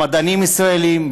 במדענים ישראלים,